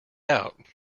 out